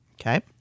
Okay